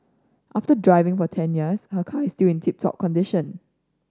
after driving for ten years her car is still in tip top condition